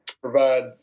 provide